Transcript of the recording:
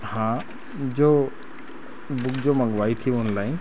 हाँ जो बुक जो मंगवाई थी ओनलाइन